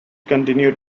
continued